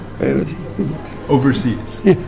overseas